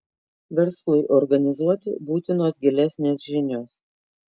verslui organizuoti būtinos gilesnės žinios